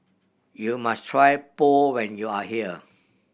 you must try Pho when you are here